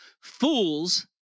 fools